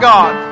God